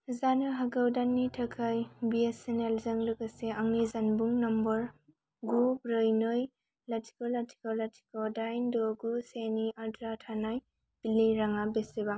जानो हागौ दाननि थाखाय बि एस एन एल जों लोगोसे आंनि जानबुं नम्बर गु ब्रै नै लाथिख' लाथिख' लाथिख' दाइन द' गु सेनि आद्रा थानाय बिलनि राङा बेसेबां